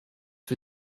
für